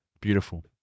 Beautiful